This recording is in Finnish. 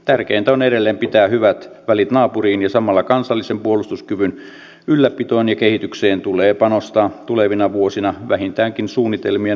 tärkeintä on edelleen pitää hyvät välit naapuriin ja samalla kansallisen puolustuskyvyn ylläpitoon ja kehitykseen tulee panostaa tulevina vuosina vähintäänkin suunnitelmien mukaan